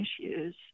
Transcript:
issues